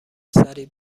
سریع